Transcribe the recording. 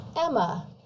Emma